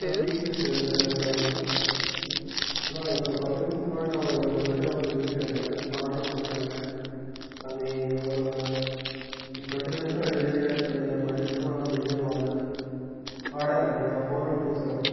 அண்ணா BTS ரெஸ்ட்டாரெண்ட்ங்களா அண்ணா இப்போ ஒரு பத்து நிமிஷத்துக்கு முன்னாடி நான் ஒரு உங்ககிட்ட ஒரு இது கேட்டிருந்தேன் ஆர்ட்ரு ஒன்று பண்ணியிருந்தேன் அது ஒரு ட்வெண்ட்டி மினிட்ஸ்ல டெலிவெரியாகிடும் சொன்னிங்க பட் இன்னும் எதுவுமே வரலை ஆர்டர் நம்பருங்களா ஃபோர் ஒன் டூ சவன்